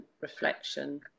reflection